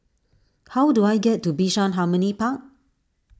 how do I get to Bishan Harmony Park